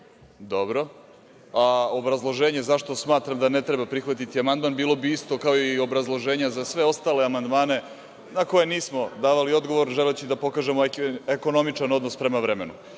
amandmanska. Obrazloženje zašto smatram da ne treba prihvatiti amandman bilo bi isto kao i obrazloženje za sve ostalo amandmane na koje nismo davali odgovor, želeći da pokažemo ekonomičan odnos prema vremenu,